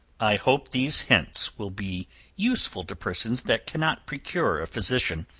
i hope these hints will be useful to persons that cannot procure a physician,